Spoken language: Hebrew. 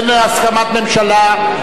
אין הסכמת ממשלה.